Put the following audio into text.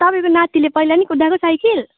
तपाईँको नातिले पहिला नि कुदाएको साइकिल